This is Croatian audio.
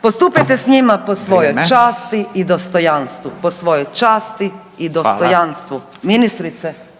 Postupajte s njima po svojoj časti i dostojanstvu“ …/Upadica Radin: Vrijeme./… po svojoj časti i dostojanstvu. Ministrice